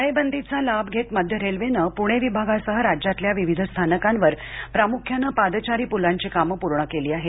टाळेबंदीचा लाभ घेत मध्य रेल्वेने पूणे विभागासह राज्यातील विविध स्थानकांवर प्रामुख्याने पादचारी पुलांची कामे पूर्ण केली आहेत